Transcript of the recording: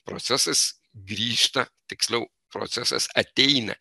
procesas grįžta tiksliau procesas ateina